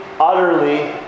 utterly